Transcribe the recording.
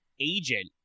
agent